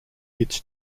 its